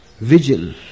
vigil